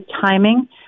timing